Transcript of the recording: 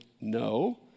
no